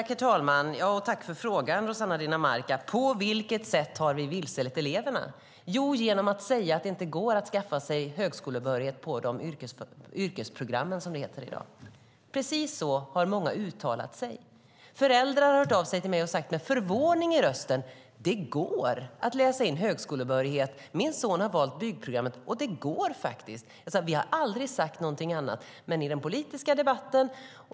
Herr talman! Jag tackar Rossana Dinamarca för frågan. På vilket sätt har ni vilselett eleverna? Jo, genom att säga att det inte går att skaffa sig högskolebehörighet på yrkesprogrammen, som de heter i dag. Precis så har många uttalat sig. Föräldrar har hört av sig till mig och med förvåning i rösten sagt: Det går att läsa in högskolebehörighet. Min son har valt byggprogrammet, och det går faktiskt! Jag säger då att vi aldrig har sagt någonting annat. Men det har sagts i den politiska debatten.